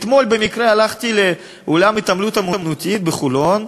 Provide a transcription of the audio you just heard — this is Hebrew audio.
אתמול במקרה הלכתי לאולם התעמלות אמנותית בחולון,